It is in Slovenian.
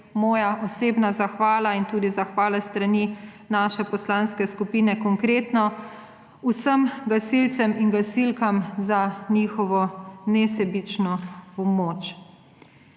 Moja osebna zahvala in tudi zahvala s strani Poslanske skupine Konkretno vsem gasilcem in gasilkam za njihovo nesebično pomoč.